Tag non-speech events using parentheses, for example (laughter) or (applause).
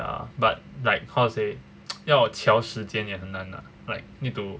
ya but like how to say (noise) 要敲时间也很难 ah like need to